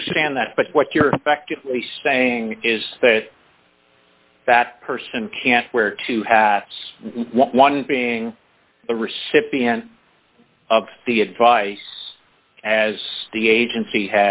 understand that but what you're saying is that that person can wear two hats one being the recipient of the advice as the agency